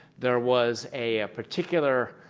there was a particular